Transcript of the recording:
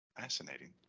Fascinating